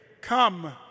Come